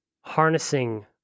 harnessing